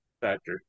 factor